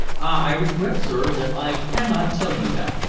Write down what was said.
i regret, sir, that i cannot tell you that.